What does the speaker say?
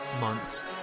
Month's